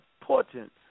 important